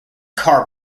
car